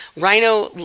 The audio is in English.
Rhino